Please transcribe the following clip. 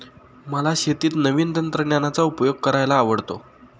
मला शेतीत नवीन तंत्रज्ञानाचा उपयोग करायला आवडतो